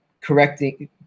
correcting